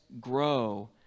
grow